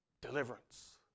Deliverance